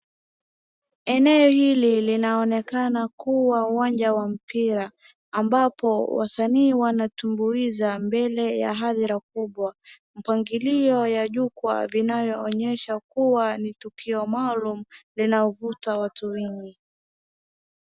Eneo hili linaonekana kuwa uwanja wa mpira, ambapo wasanii wanatumbuiza mbele ya hadhara kubwa. Mpangilio ya jukwa vinayoonesha kuwa ni tukio maalum linawavuta watu wengi.